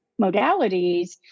modalities